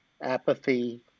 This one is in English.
Apathy